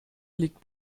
liegt